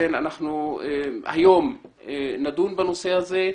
לכן אנחנו היום נדון בנושא הזה.